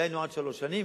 דהיינו עד שלוש שנים.